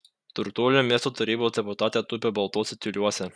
turtuolė miesto tarybos deputatė tupi baltuose tiuliuose